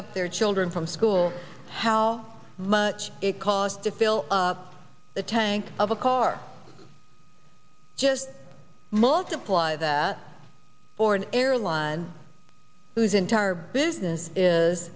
up their children from school how much it costs to fill up the tank of a car just multiply that for an airline whose entire business is